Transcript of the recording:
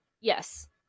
Yes